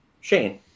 Shane